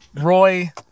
Roy